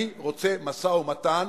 אני רוצה משא-ומתן,